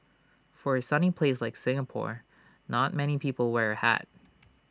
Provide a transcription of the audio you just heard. for A sunny place like Singapore not many people wear A hat